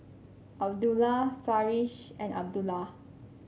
Abdullah Farish and Abdullah